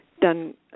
done